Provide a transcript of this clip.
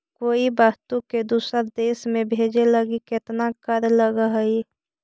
कोई वस्तु के दूसर देश में भेजे लगी केतना कर लगऽ हइ?